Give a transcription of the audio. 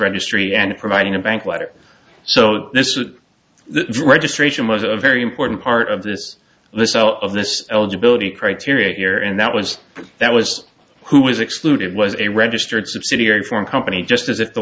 registry and providing a bank letter so this is the registration was a very important part of this this so out of this eligibility criteria here and that was that was who was excluded was a registered subsidiary a foreign company just as if the